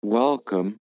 Welcome